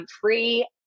free